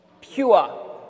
pure